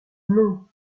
nom